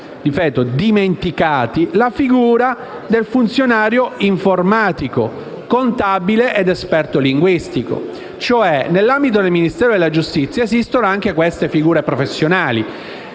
figura del funzionario informatico, contabile ed esperto linguista. Nell'ambito del Ministero della giustizia esistono anche queste figure professionali